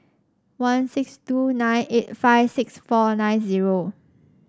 one six two nine eight five six four nine zero